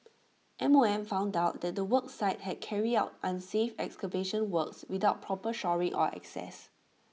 M O M found out that the work site had carried out unsafe excavation works without proper shoring or access